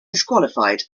disqualified